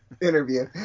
interview